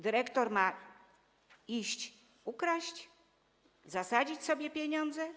Dyrektor ma ukraść, zasadzić sobie pieniądze?